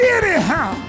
anyhow